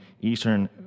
eastern